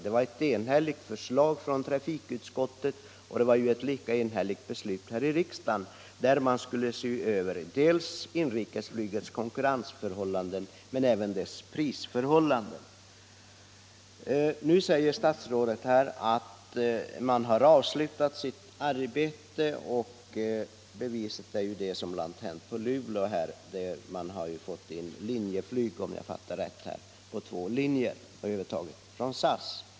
Det var ett enhälligt förslag från trafikutskottet och ett lika enhälligt beslut här i kammaren enligt vilket man skulle se över inrikesflygets konkurrensförhållanden men även dess prisförhållanden. Statsrådet säger alltså att utredningen har avslutat sitt arbete och hävdar att beviset bl.a. är det som hänt när det gäller Luleå — man har fått in Linjeflyg, om jag fattade rätt, på två linjer från SAS.